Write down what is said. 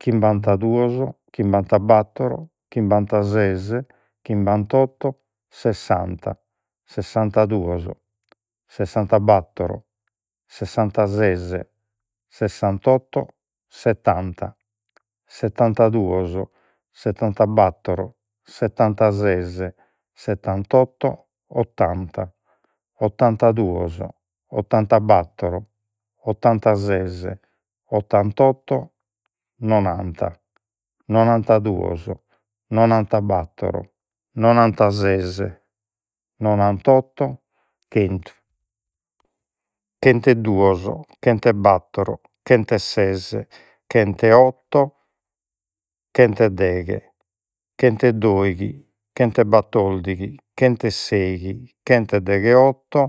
chimbantaduos chimbantabattor chimbantases chimbantotto sessanta sessantaduos sessantabattor sessantases sessantotto settanta settantaduos settantabattor settantases settantotto ottanta ottantaduos ottantabattor ottantases ottantotto nonanta nonantaduos nonantabattor nonantases nonantotto chentu chentu e duos chentu e battor chentu e ses chentu e otto chentu e deghe chentu e doighi chentu e battordighi chentu e seighi chentu e degheotto